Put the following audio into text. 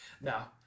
Now